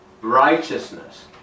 righteousness